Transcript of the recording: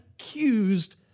accused